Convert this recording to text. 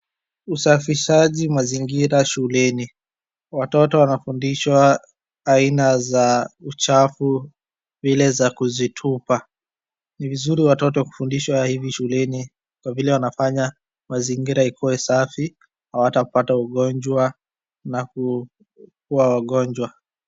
Usafishaji mazingira shuleni, watoto wanafundishwa aina za uchafu vile za kuzitupa. Ni vizuri watoto kufundishwa hivi shuleni kwa vile wanafanya mazingira ikue safi, hawatapata ugonjwa na kuwa wagonjwa.